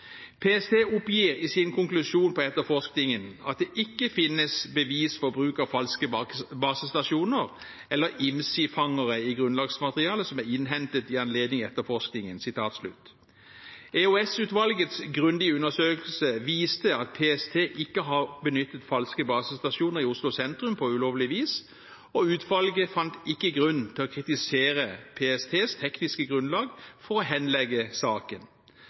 PST oppgir i sin konklusjon av etterforskningen at det «ikke finnes bevis for bruk av falske basestasjoner eller IMSI-fangere i grunnlagsmaterialet som er innhentet i anledning etterforskningen». EOS-utvalgets grundige undersøkelse viste at PST ikke har benyttet falske basestasjoner i Oslo sentrum på ulovlig vis, og utvalget fant ikke grunn til å kritisere PSTs tekniske grunnlag for å henlegge saken.